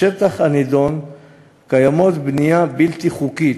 בשטח הנדון קיימת בנייה בלתי חוקית,